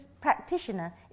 practitioner